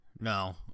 No